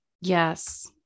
Yes